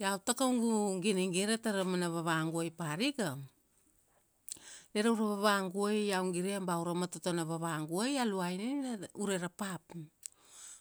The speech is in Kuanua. Iau ta kaugu ginigira tara mana vavaguai parika, na raura vavaguai iau gire ba aura mototo na vavagua, a luaina ure ra pap.